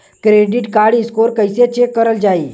Credit score कइसे check करल जायी?